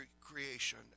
creation